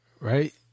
right